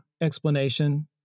explanation